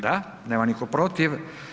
Da, nema nitko protiv.